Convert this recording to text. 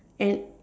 and